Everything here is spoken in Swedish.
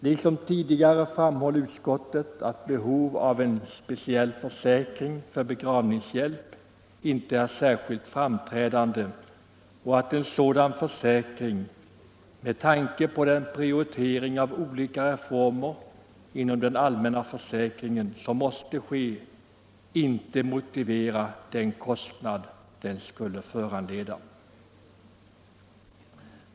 Liksom tidigare framhåller utskottet att behovet av en speciell försäkring för begravningshjälp inte är särskilt framträdande och att en sådan försäkring —- med tanke på den prioritering av olika reformer inom den allmänna försäkringen som måste ske — inte motiverar den kostnad den skulle föranleda.